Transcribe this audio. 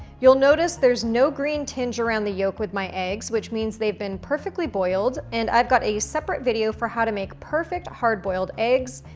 you'll notice there's no green tinge around the yolk with my eggs, which means they've been perfectly boiled, and i've got a separate video for how to make perfect hard boiled eggs,